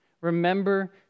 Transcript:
Remember